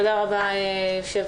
תודה רבה היושב-ראש,